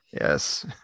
Yes